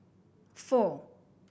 four